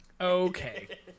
Okay